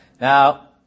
Now